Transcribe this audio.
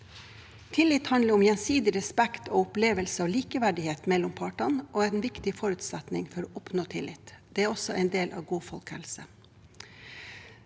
Tillit handler om gjensidig respekt, og en opplevelse av likeverdighet mellom partene er en viktig forutsetning for å oppnå tillit. Det er også en del av god folkehelse.